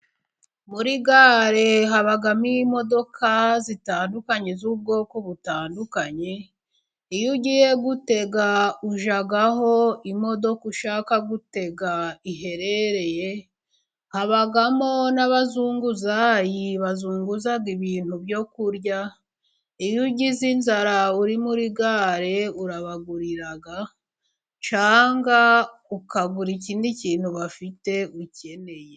Muri gare habamo imodoka zitandukanye z'ubwoko butandukanye, iyo ugiye gutega ujya aho imodoka ushaka gutega iherereye. Habamo n'abazunguzayi bazunguza ibintu byo kurya, iyo ugize inzara uri muri gare urabagurira cyangwa ukagura ikindi kintu bafite ukeneye.